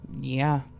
Yeah